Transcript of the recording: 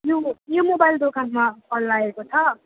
यो यो मोबाइल दोकानमा कल लागेको छ